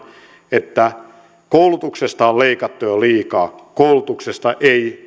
että koulutuksesta on leikattu jo liikaa koulutuksesta